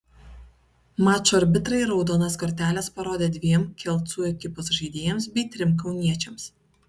mačo arbitrai raudonas korteles parodė dviem kelcų ekipos žaidėjams bei trim kauniečiams